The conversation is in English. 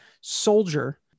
soldier